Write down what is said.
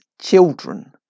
children